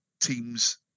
teams